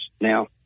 Now